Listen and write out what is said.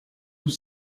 coup